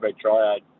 Triad